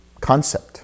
concept